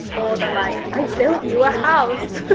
or the like i built you a house.